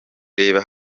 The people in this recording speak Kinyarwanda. reba